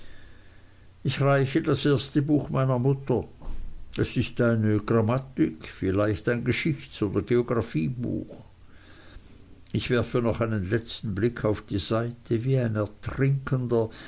ich reiche das erste buch meiner mutter es ist eine grammatik vielleicht ein geschichts oder geographiebuch ich werfe noch einen letzten blick auf die seite wie ein ertrinkender